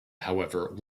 however